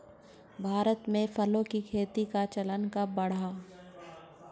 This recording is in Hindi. भारत में फलों की खेती का चलन कब बढ़ा?